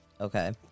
Okay